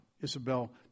Isabel